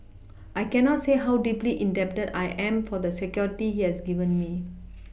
I cannot say how deeply indebted I am for the security he has given me